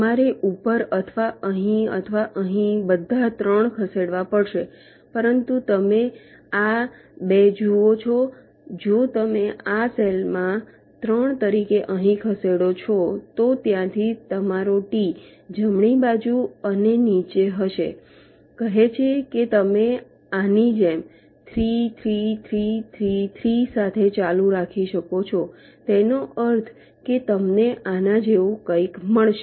તમારે ઉપર અથવા અહીં અથવા અહીં બધા 3 ખસેડવા પડશે પરંતુ તમે આ 2 જુઓ છો જો તમે આ સેલ માં 3 તરીકે અહીં ખસેડો છો તો ત્યાંથી તમારો T જમણી બાજુ અને નીચે હશે કહે છે કે તમે આની જેમ 3 3 3 3 3 સાથે ચાલુ રાખી શકો છો તેનો અર્થ એ કે તમને આના જેવું કંઈક મળશે